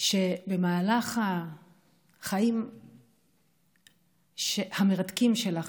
במהלך החיים המרתקים שלך,